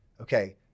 Okay